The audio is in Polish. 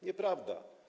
Nieprawda.